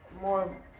more